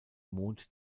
mond